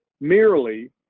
merely